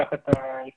הוא תחת ההסתדרות,